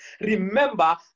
Remember